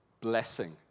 Blessing